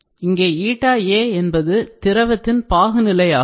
இங்கே aஎன்பது திரவத்தின் பாகு நிலையாகும்